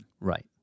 Right